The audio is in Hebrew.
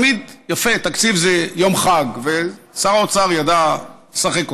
יפה, תקציב זה יום חג, ושר האוצר ידע לשחק אותה,